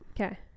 okay